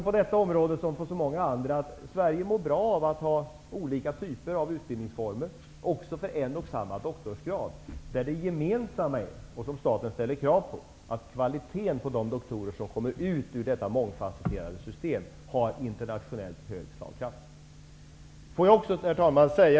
På detta område, liksom på så många andra, mår Sverige bra av att ha olika typer av utbildningsformer, även för en och samma doktorsgrad. Det gemensamma för detta, och det som staten ställer krav på, är att kvaliteten på de doktorer som kommer ut ur detta mångfasetterade system har internationellt hög slagkraft. Herr talman!